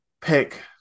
Pick